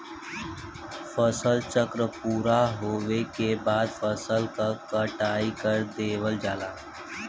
फसल चक्र पूरा होवे के बाद फसल क कटाई कर देवल जाला